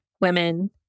women